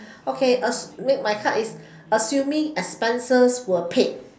okay as~ my card is assuming expenses were paid